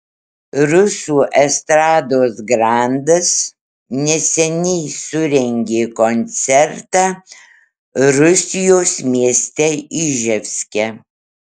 rusų estrados grandas neseniai surengė koncertą rusijos mieste iževske